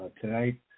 Tonight